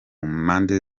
mpande